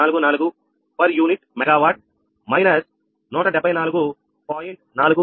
744 per unit megawatt minus 174